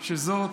שזאת